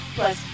plus